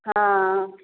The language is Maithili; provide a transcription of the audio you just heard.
हँ